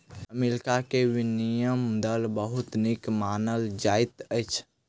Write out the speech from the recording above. America के विनिमय दर बहुत नीक मानल जाइत अछि